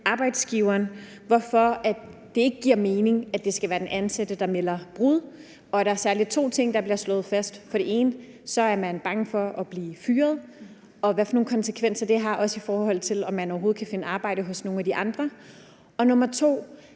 arbejdsgiveren, hvorfor det ikke giver mening, at det skal være den ansatte, der anmelder brud, og at der særlig er to ting, der bliver slået fast. For det første er man bange for at blive fyret, og hvad for konsekvenser det har, også i forhold til om man overhovedet kan finde arbejde hos nogle af de andre. For det